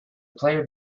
player